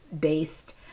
based